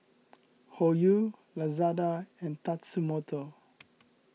Hoyu Lazada and Tatsumoto